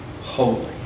holy